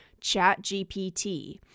ChatGPT